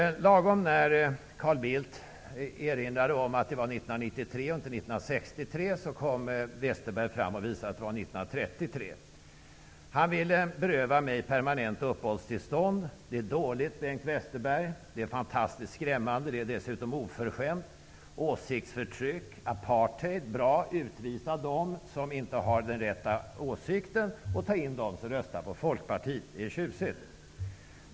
Lagom till det att Carl Bildt erinrade om att det är 1993 och inte 1963 visade Bengt Westerberg att det är 1933. Han ville beröva mig permanent uppehållstillstånd. Det är dåligt, Bengt Westerberg. Det är fantastiskt skrämmande, och det är dessutom oförskämt. Det är åsiktsförtryck och apartheid. Bengt Westerberg tycker tydligen att det är bra att utvisa dem som inte har den rätta åsikten och ta in dem som röstar på Folkpartiet! Det är tjusigt!